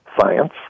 science